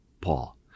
Paul